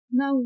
no